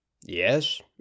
Yes